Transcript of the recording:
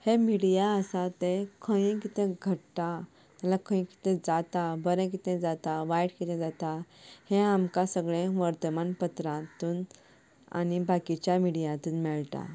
हें मिडिया आसा तें खंयी किदें घडटा जाल्यार खंयी किदें जाता बरें किदें जाता वायट किदें जाता हें आमकां सगलें वर्तमान पत्रातून आनी बाकीच्या मिडियातून मेळटा